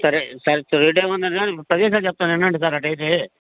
సరే సరే తిరగడానికి ఏమన్నా ప్రదేశాలు చెప్తాను ఉండండి సార్ ఆ డేది